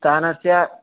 स्थानस्य